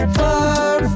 far